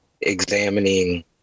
examining